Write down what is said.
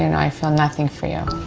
and i feel nothing for you.